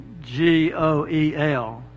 G-O-E-L